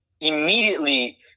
immediately